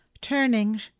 Turning